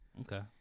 Okay